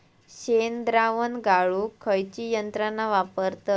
शेणद्रावण गाळूक खयची यंत्रणा वापरतत?